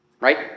Right